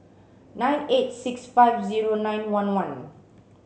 nine eight six five zero nine one one